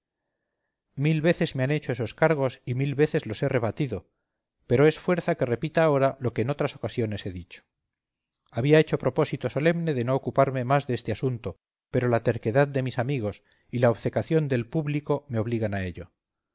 mil veces me han hecho esos cargos y mil veces los he rebatido pero es fuerza que repita ahora lo que en otras ocasiones he dicho había hecho propósito solemne de no ocuparme más de este asunto pero la terquedad de mis amigos y la obcecación del público me obligan a ello